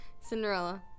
Cinderella